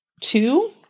two